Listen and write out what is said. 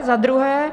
Za druhé.